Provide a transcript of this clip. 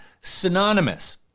synonymous